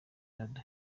dada